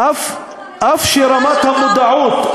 "אף שרמת המודעות,